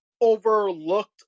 overlooked